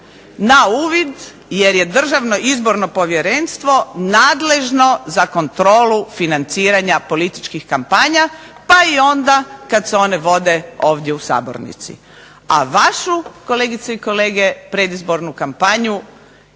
na uvid jer je Državno izborno povjerenstvo nadležno za kontrolu financiranja političkih kampanja, pa i onda kad se one vode ovdje u sabornici. A vašu kolegice i kolege predizbornu kampanju